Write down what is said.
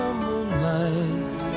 moonlight